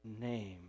name